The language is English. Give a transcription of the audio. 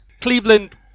Cleveland